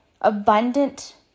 abundant